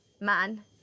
man